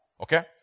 Okay